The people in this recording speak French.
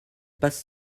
passe